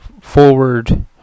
forward